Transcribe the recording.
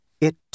It